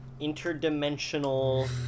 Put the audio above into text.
interdimensional